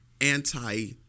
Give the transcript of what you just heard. anti